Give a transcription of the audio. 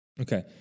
Okay